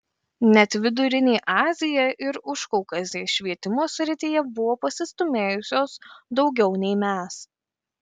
net vidurinė azija ir užkaukazė švietimo srityje buvo pasistūmėjusios daugiau nei mes